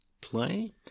play